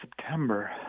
September